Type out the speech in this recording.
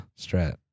Strat